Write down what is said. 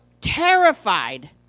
terrified